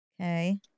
Okay